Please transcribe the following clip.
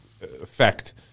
effect